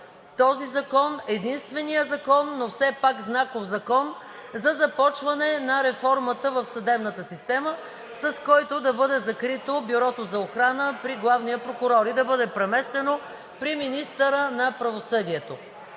този закон – единственият закон, но все пак знаков закон за започване на реформата в съдебната система, с който да бъде закрито Бюрото за охрана при главния прокурор и да бъде преместено при министъра на правосъдието.